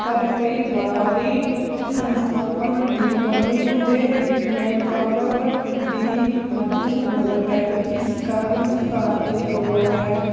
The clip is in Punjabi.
ਪਰ ਕਈ ਵਾਰੀ ਸੰਸਥਾਪਨ ਦੀ ਕਮੀ ਅਤੇ ਮੈਨ ਪਾਵਰ ਦੀ ਵਾਧੂ ਲੋੜ ਹੈ ਇਸ ਕਾਰਨ ਸੁਧਾਰ ਦੀ ਲੋੜ ਹੈ